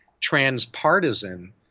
transpartisan